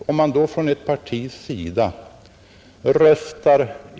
Jag kan inte finna någon logik i detta.